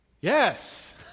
Yes